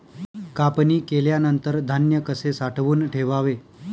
कापणी केल्यानंतर धान्य कसे साठवून ठेवावे?